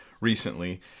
recently